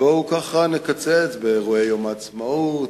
בואו נקצץ באירועי יום העצמאות,